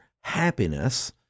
happiness—